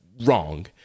wrong